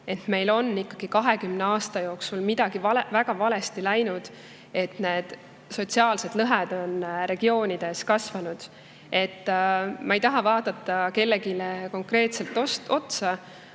et meil on ikkagi 20 aasta jooksul midagi väga valesti läinud, et sotsiaalsed lõhed regioonide vahel on kasvanud. Ma ei taha vaadata kellelegi konkreetselt otsa,